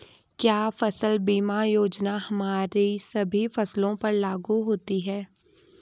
क्या फसल बीमा योजना हमारी सभी फसलों पर लागू होती हैं?